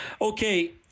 okay